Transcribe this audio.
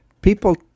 People